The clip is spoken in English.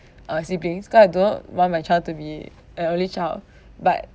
siblings god don't want my child to be an only child but